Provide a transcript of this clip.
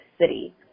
city